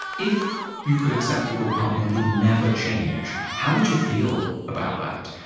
if you could accept that your partner would never change, how would you feel about that?